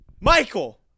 Michael